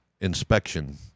inspection